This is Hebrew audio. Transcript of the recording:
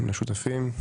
שותפים?